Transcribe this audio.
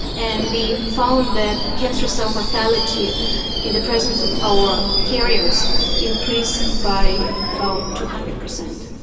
and we found that cancer cell mortality in the presence of our carriers increased by about two hundred percent.